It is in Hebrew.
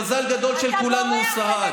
למזל הגדול של כולנו הוא שרד.